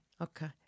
okay